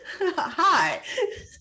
Hi